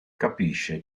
capisce